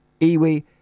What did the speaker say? iwi